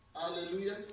Hallelujah